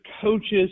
coaches